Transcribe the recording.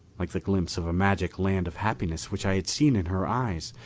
like the glimpse of a magic land of happiness which i had seen in her eyes,